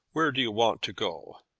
where do you want to go?